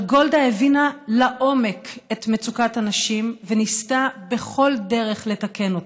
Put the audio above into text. אבל גולדה הבינה לעומק את מצוקת הנשים וניסתה בכל דרך לתקן אותה.